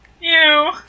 Ew